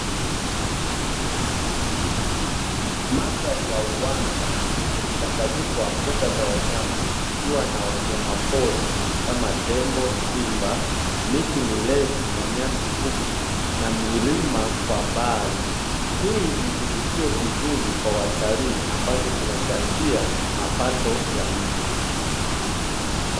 Mandhari ya uwanda yenye mchanganyiko wa mbuga za wanyama. kukiwa na wanyamapori kama tembo, simba, miti mirefu na nyasi fupi na milima kwa mbali hii ni kivutio kizuri kwa watalii ambacho kinachangia mapato ya nchi.